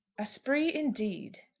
a spree, indeed!